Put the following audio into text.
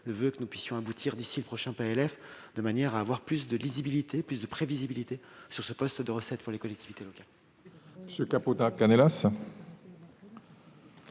le voeu que nous puissions aboutir d'ici au prochain PLF de manière à avoir plus de lisibilité et de prévisibilité sur ce poste de recettes pour les collectivités locales.